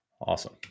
Awesome